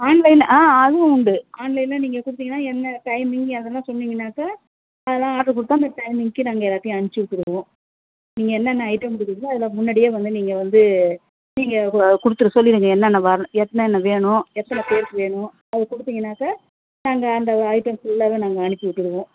ஆன்லைனில் ஆ அதுவும் உண்டு ஆன்லைனில் நீங்கள் கொடுத்தீங்கன்னா என்ன டைமிங் அதெலாம் சொன்னீங்கன்னாக்கா அதெலாம் ஆடர் கொடுத்தா அந்த டைமிங்க்கு நாங்கள் எல்லாத்தையும் அனுப்ச்சு வைச்சுருவோம் நீங்கள் என்னென்ன ஐட்டம் கொடுக்குறீங்களோ அதில் முன்னாடியே வந்து நீங்கள் வந்து நீங்கள் கொடுத்துற சொல்லிவிடுங்க என்னென்ன வர்ணும் எத்தனை எத்தனை வேணும் எத்தனை பேருக்கு வேணும் அது கொடுத்தீங்கன்னாக்கா நாங்கள் அந்த ஐட்டம் ஃபுல்லாவே நாங்கள் அனுப்பி விட்டுருவோம்